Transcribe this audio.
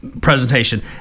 Presentation